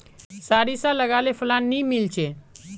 सारिसा लगाले फलान नि मीलचे?